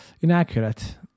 inaccurate